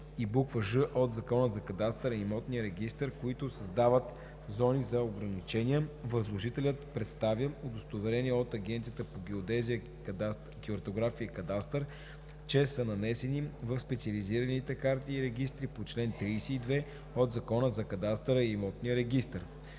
и буква „ж“ от Закона за кадастъра и имотния регистър, които създават зони на ограничения, възложителят представя удостоверение от Агенцията по геодезия, картография и кадастър, че са нанесени в специализираните карти и регистри по чл. 32 от Закона за кадастъра и имотния регистър.“